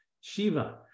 shiva